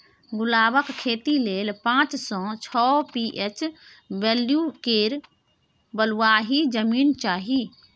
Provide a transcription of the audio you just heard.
गुलाबक खेती लेल पाँच सँ छओ पी.एच बैल्यु केर बलुआही जमीन चाही